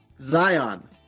Zion